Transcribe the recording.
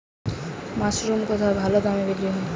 Mushroom কেথায় ভালোদামে বিক্রয় হয়?